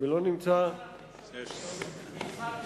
יש שר תקשורת.